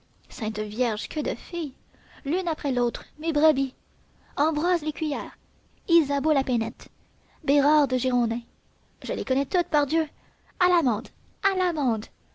sainte vierge que de filles l'une après l'autre mes brebis ambroise lécuyère isabeau la paynette bérarde gironin je les connais toutes par dieu à l'amende à l'amende